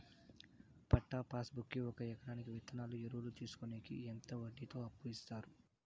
పట్టా passbook కి ఒక ఎకరాకి విత్తనాలు, ఎరువులు తీసుకొనేకి ఎంత వడ్డీతో అప్పు ఇస్తారు?